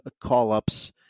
call-ups